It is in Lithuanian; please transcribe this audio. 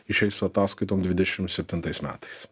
išeis ataskaitom dvidešimt septintais metais